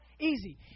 easy